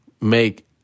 make